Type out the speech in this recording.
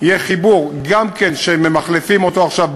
יהיה חיבור שגם ממחלפים אותו עכשיו,